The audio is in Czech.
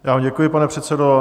Já vám děkuji, pane předsedo.